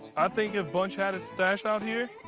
i think if bunch had a stash out here,